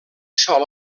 sol